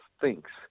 thinks